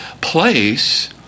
place